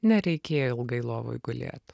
nereikėjo ilgai lovoj gulėt